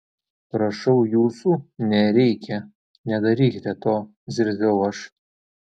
prašau jūsų nereikia nedarykite to zirziau aš